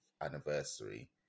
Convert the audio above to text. anniversary